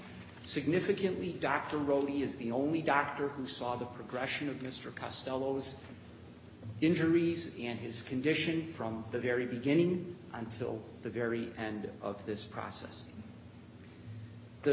significantly dr rowley is the only doctor who saw the progression of mr costello's injuries and his condition from the very beginning until the very end of this process the